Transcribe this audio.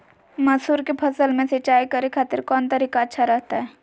मसूर के फसल में सिंचाई करे खातिर कौन तरीका अच्छा रहतय?